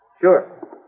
Sure